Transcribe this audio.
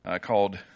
called